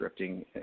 scripting